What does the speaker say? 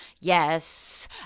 Yes